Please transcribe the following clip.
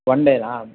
one Dena